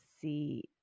see